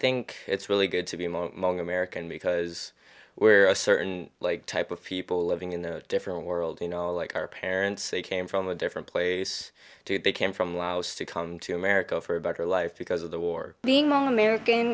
think it's really good to be more money american because we're a certain like type of people living in a different world you know like our parents they came from a different place to they came from laos to come to america for a better life because of the war being on